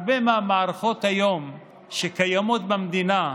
הרבה מהמערכות שקיימות היום במדינה,